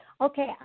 Okay